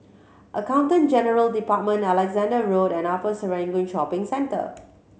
Accountant General Department Alexandra Road and Upper Serangoon Shopping Centre